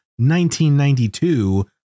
1992